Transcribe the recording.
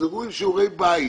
תחזרו עם שיעורי בית,